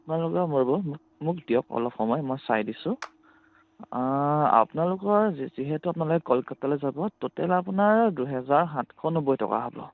আপোনালোকৰ মোক মোক দিয়ক অলপ সময় মই চাই দিছোঁ আপোনালোকৰ যিহেতু আপোনালোকে কলকাতালৈ যাব টোটেল আপোনাৰ দুহেজাৰ সাতশ নব্বৈ টকা হ'ব